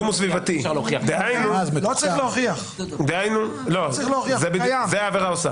לא צריך להוכיח, זה קיים.